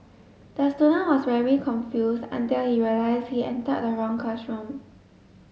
the student was very confused until he realised he entered the wrong classroom